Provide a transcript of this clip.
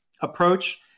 approach